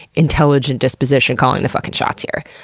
intelligent disposition calling the fucking shots here.